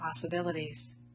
possibilities